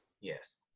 yes